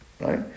right